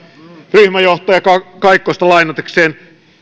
ryhmänjohtaja kaikkosta lainatakseni